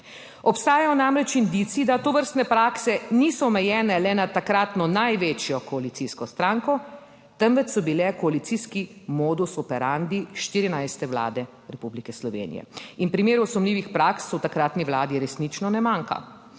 Obstajajo namreč indici, da tovrstne prakse niso omejene le na takratno največjo koalicijsko stranko, temveč so bile koalicijski modus operandi 14. Vlade Republike Slovenije in primerov sumljivih praks v takratni Vladi resnično ne manjka.